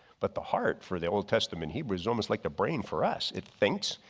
but the heart for the old testament. hebrews is almost like the brain for us. it thinks,